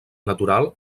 natural